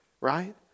right